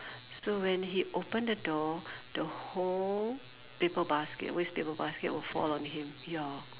so when he open the door the whole paper basket waste paper basket will fall on him ya